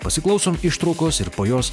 pasiklausom ištraukos ir po jos